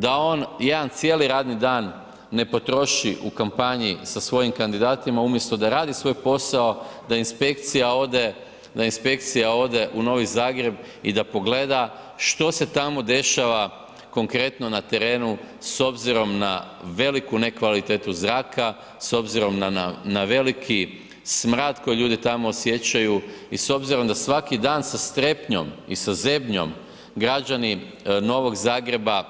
Da on jedan cijeli radni dan ne potroši u kampanji sa svojim kandidatima umjesto da radi svoj posao, da inspekcija ode, da inspekcija ode u Novi Zagreb i da pogleda što se tamo dešava konkretno na terenu s obzirom na veliku nekvalitetu zraka, s obzirom na veliki smrad koji ljudi tamo osjećaju i s obzirom da svaki dan sa strepnjom i sa zebnjom građani Novog Zagreba